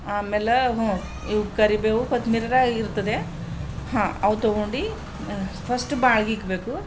ಆಮೇಲೆ ಹ್ಞೂ ಇವು ಕರಿಬೇವು ಕೊತ್ತೊಂಬ್ರಿದಾಗ ಇರ್ತದೆ ಹಾಂ ಅವು ತೊಗೊಂಡು ಫಸ್ಟ್ ಇಕ್ಬೇಕು